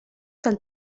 del